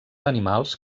animals